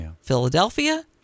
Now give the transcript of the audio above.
Philadelphia